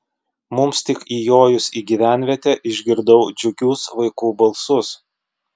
mums tik įjojus į gyvenvietę išgirdau džiugius vaikų balsus